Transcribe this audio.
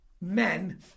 men